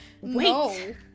Wait